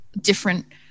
different